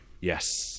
Yes